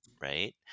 right